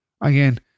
Again